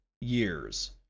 years